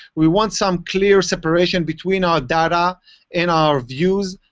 we want some clear separation between our data and our views.